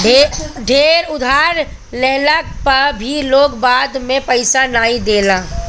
ढेर उधार लेहला पअ भी लोग बाद में पईसा नाइ देला